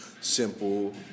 simple